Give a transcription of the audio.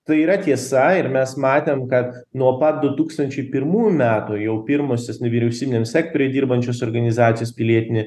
tai yra tiesa ir mes matėm kad nuo patdu tūkstančiai pirmųjų metų jau pirmosios nevyriausybiniam sektoriui dirbančios organizacijos pilietinė